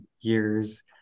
years